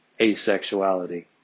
asexuality